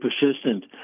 persistent